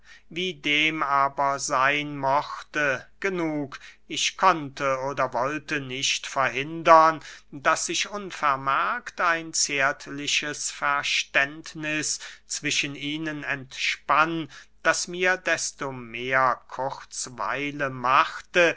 wie dem aber seyn mochte genug ich konnte oder wollte nicht verhindern daß sich unvermerkt ein zärtliches verständniß zwischen ihnen entspann das mir desto mehr kurzweile machte